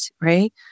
right